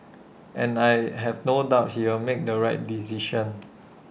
and I have no doubt he'll make the right decision